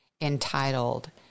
entitled